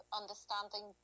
understanding